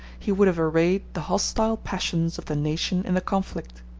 he would have arrayed the hostile passions of the nation in the conflict.